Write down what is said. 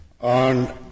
on